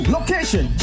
Location